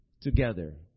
together